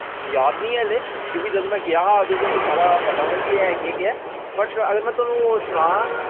याद निं आह्ले क्यूंकि जदूं में गेया हा अदूं ते मिगी सारा पता हा कि ऐ केह् केह् ऐ बट अगर में थोआनू सना